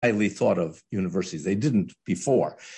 ‫הם לא חשבו על האוניברסיטה, ‫הם לא חשבו לפני כן